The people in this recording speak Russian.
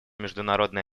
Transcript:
международное